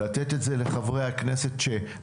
כדי שנוכל לתת את זה לחברי הכנסת שמעוניינים.